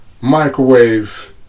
microwave